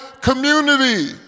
community